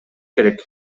керек